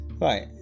right